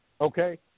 Okay